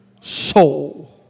soul